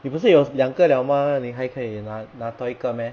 你不是有两个了吗你还可以拿拿多一个 meh